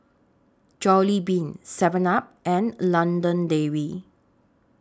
Jollibean Seven up and London Dairy